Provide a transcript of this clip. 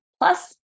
plus